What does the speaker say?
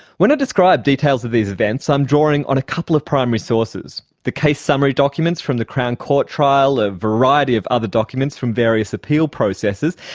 when i describe details of these events i'm drawing on a couple of primary sources the case summary documents from the crown court trial, a variety of other documents from various appeal processes,